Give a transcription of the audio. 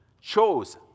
chose